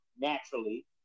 naturally